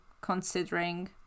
considering